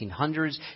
1800s